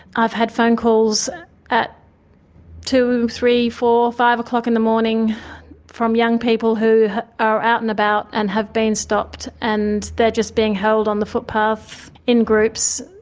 i've had phone calls at two, three, four, five o'clock in the morning from young people who are out and about and have been stopped. and they're just being held on the footpath in groups,